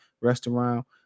restaurant